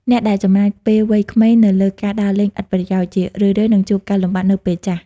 អ្នកដែលចំណាយពេលវ័យក្មេងទៅលើការដើរលេងឥតប្រយោជន៍ ជារឿយៗនឹងជួបការលំបាកនៅពេលចាស់។